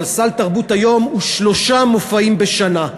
אבל סל תרבות היום הוא שלושה מופעים בשנה.